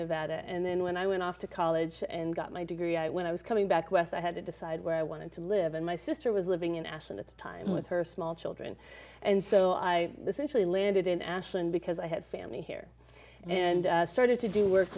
nevada and then when i went off to college and got my degree i when i was coming back west i had to decide where i wanted to live and my sister was living in ashland at the time with her small children and so i this initially landed in ashland because i had family here and started to do work